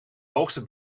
hoogste